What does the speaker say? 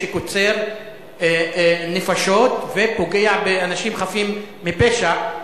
שקוצר נפשות ופוגע באנשים חפים מפשע.